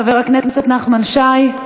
חבר הכנסת נחמן שי,